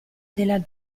della